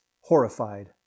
horrified